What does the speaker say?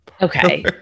Okay